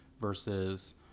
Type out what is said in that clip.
versus